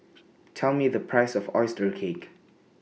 Tell Me The Price of Oyster Cake